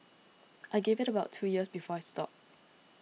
I give it about two years before I stop